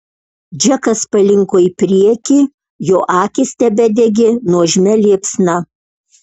džekas palinko į priekį jo akys tebedegė nuožmia liepsna